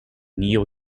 neo